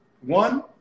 One